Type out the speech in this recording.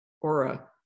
aura